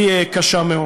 היא קשה מאוד.